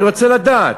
אני רוצה לדעת.